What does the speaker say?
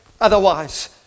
Otherwise